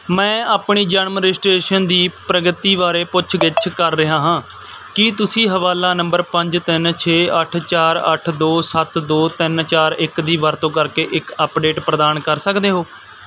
ਮੈਂ ਆਪਣੀ ਜਨਮ ਰਜਿਸਟ੍ਰੇਸ਼ਨ ਦੀ ਪ੍ਰਗਤੀ ਬਾਰੇ ਪੁੱਛ ਗਿੱਛ ਕਰ ਰਿਹਾ ਹਾਂ ਕੀ ਤੁਸੀਂ ਹਵਾਲਾ ਨੰਬਰ ਪੰਜ ਤਿੰਨ ਛੇ ਅੱਠ ਚਾਰ ਅੱਠ ਦੋ ਸੱਤ ਦੋ ਤਿੰਨ ਚਾਰ ਇੱਕ ਦੀ ਵਰਤੋਂ ਕਰਕੇ ਇੱਕ ਅੱਪਡੇਟ ਪ੍ਰਦਾਨ ਕਰ ਸਕਦੇ ਹੋ